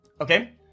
okay